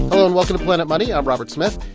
um and welcome to planet money. i'm robert smith.